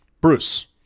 Bruce